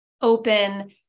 open